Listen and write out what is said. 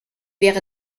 wäre